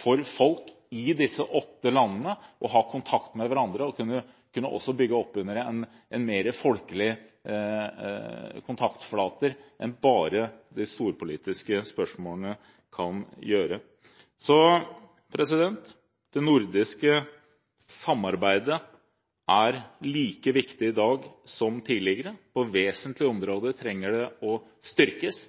for folk i disse åtte landene å ha kontakt med hverandre. Slik vil man kunne bygge opp under en mer folkelig kontaktflate enn bare de storpolitiske spørsmålene kan gjøre. Så det nordiske samarbeidet er like viktig i dag som tidligere. På vesentlige områder trenger det å styrkes.